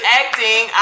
acting